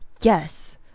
yes